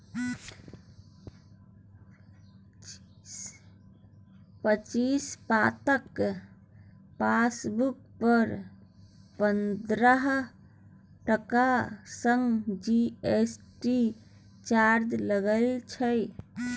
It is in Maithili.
पच्चीस पातक चेकबुक पर पचहत्तर टका संग जी.एस.टी चार्ज लागय छै